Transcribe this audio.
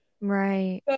Right